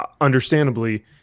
understandably